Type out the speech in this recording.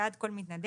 בעד כל מתנדב,